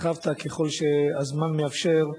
ככל שהזמן מאפשר,